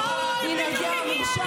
או-הו, הינה, בדיוק הגיע הנאשם.